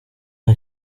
nta